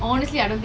ya